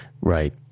Right